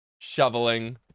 Shoveling